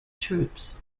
troops